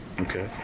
Okay